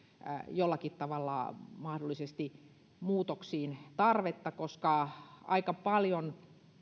jollakin tavalla mahdollisesti muutoksiin tarvetta koska aika paljon